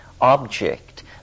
object